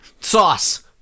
Sauce